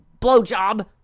blowjob